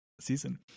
season